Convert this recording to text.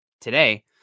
today